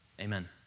Amen